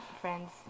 friends